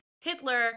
Hitler